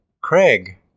Craig